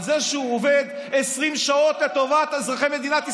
על זה שהוא עובד 20 שעות לטובת אזרחי מדינת ישראל.